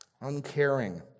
uncaring